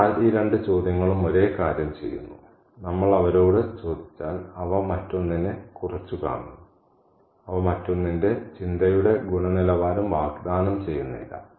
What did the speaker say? അതിനാൽ ഈ രണ്ട് ചോദ്യങ്ങളും ഒരേ കാര്യം ചെയ്യുന്നു നമ്മൾ അവരോട് ചോദിച്ചാൽ അവ മറ്റൊന്നിനെ കുറച്ചുകാണുന്നു അവ മറ്റൊന്നിന്റെ ചിന്തയുടെ ഗുണനിലവാരം വാഗ്ദാനം ചെയ്യുന്നില്ല